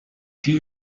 die